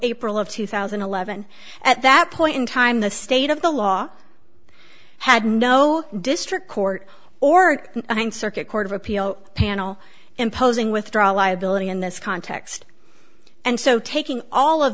april of two thousand and eleven at that point in time the state of the law had no district court or circuit court of appeal panel imposing withdrawal liability in this context and so taking all of